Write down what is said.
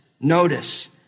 Notice